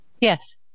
Yes